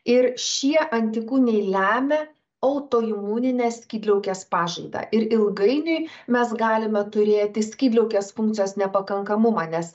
ir šie antikūniai lemia autoimuninės skydliaukės pažaidą ir ilgainiui mes galime turėti skydliaukės funkcijos nepakankamumą nes